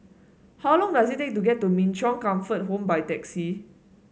how long does it take to get to Min Chong Comfort Home by taxi